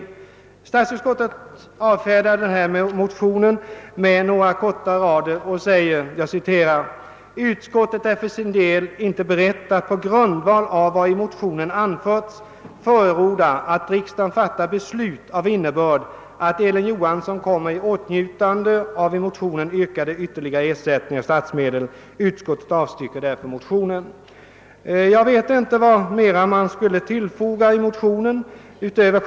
Utskottet avfärdar motionen med några få rader och säger: »Utskottet är för sin del inte berett att på grundval av vad i motionen anförts förorda att riksdagen fattar beslut av innebörd att Elin Johansson kommer i åtnjutande av i motionen yrkade ytterligare ersättningar av statsmedel. Utskottet avstyrker därför motionen.» Jag vet inte vad mer man skulle kunna tillägga.